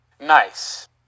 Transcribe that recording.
Nice